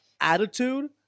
attitude